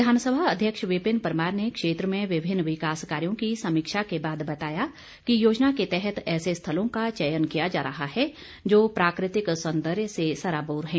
विधानसभा अध्यक्ष विपिन परमार ने क्षेत्र में विभिन्न विकास कार्यो की समीक्षा के बाद बताया कि योजना के तहत ऐसे स्थलों का चयन किया जा रहा है जो प्राकृतिक सौंदर्य से सराबोर है